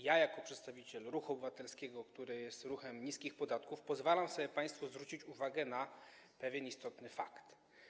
Ja jako przedstawiciel ruchu obywatelskiego, który jest ruchem niskich podatków, pozwalam sobie zwrócić państwu uwagę na pewien istotny fakt.